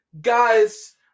guys